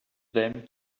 them